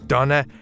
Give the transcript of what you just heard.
Donna